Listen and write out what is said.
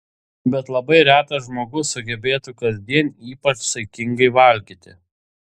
bet labai retas žmogus sugebėtų kasdien ypač saikingai valgyti